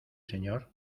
señor